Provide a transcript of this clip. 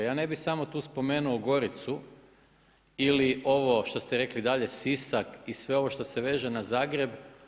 Ja ne bih samo tu spomenuo Goricu ili ovo što ste rekli dalje Sisak i sve ovo što se veže na Zagreb.